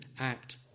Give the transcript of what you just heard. act